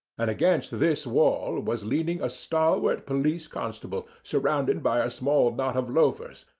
and against this wall was leaning a stalwart police constable, surrounded by a small knot of loafers,